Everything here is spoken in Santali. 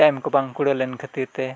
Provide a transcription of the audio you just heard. ᱴᱟᱭᱤᱢ ᱠᱚ ᱵᱟᱝ ᱠᱩᱲᱟᱹᱣᱞᱮᱱ ᱠᱷᱟᱹᱛᱤᱨ ᱛᱮ